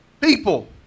People